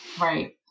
Right